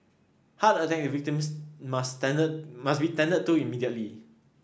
heart attack victims must tended must be tended to immediately